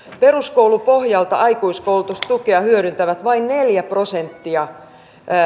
peruskoulupohjalta aikuiskoulutustukea hyödyntää vain neljä prosenttia